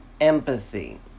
empathy